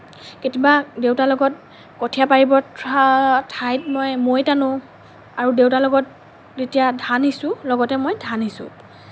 কেতিয়াবা দেউতাৰ লগত কঠীয়া পাৰিব থোৱা ঠাইত মই মৈ টানোঁ আৰু দেউতাৰ লগত যেতিয়া ধান সিচোঁ লগতে মই ধান সিচোঁ